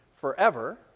forever